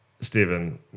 Stephen